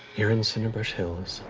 here in cinderbrush hills.